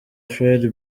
fred